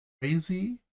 Crazy